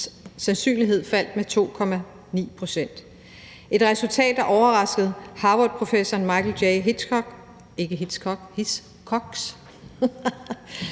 sandsynlighed faldt med 2,9 pct. Det var et resultat, der overraskede Harvardprofessoren Michael J. Hiscox, men som ikke